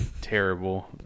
terrible